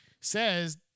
says